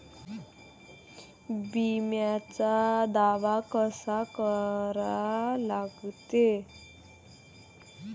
बिम्याचा दावा कसा करा लागते?